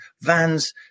vans